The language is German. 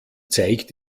zeigt